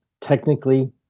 Technically